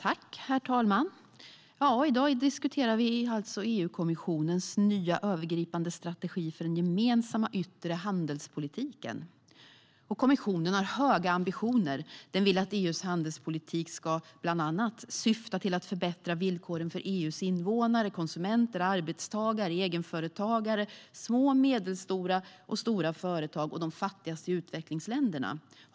Herr talman! I dag diskuterar vi alltså EU-kommissionens nya övergripande strategi för den gemensamma yttre handelspolitiken. Kommissionen har höga ambitioner. Den vill att EU:s handelspolitik bland annat ska syfta till att förbättra villkoren för EU:s invånare, konsumenter, arbetstagare, egenföretagare, små företag, medelstora företag och stora företag liksom villkoren för de fattigaste utvecklingsländerna.